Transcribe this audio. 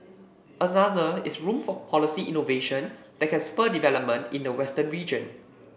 another is room for policy innovation that can spur development in the western region